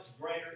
greater